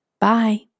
Bye